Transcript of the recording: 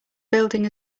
building